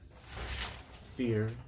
fear